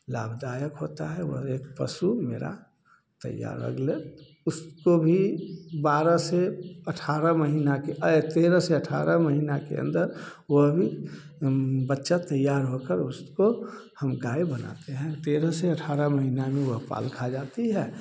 लाभदायक होता है और एक पशु मेरा तैयार अगले उसको भी बारह से अठारह महीना के ऐ तेरह से अठारह महीने के अंदर वह भी बच्चा तैयार होकर उसको हम गाय बनाते हैं तेरह से अठारह महीने में वह पाल खा जाती है